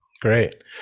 great